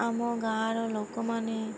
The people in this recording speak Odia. ଆମ ଗାଁର ଲୋକମାନେ